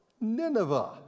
Nineveh